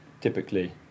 typically